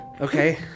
Okay